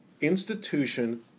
institution